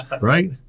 right